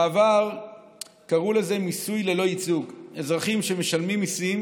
בעבר קראו לזה מיסוי ללא ייצוג: אזרחים שמשלמים מיסים,